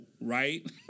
right